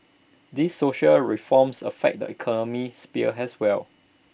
these social reforms affect the economic sphere as well